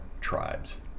tribes